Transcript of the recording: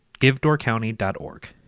givedoorcounty.org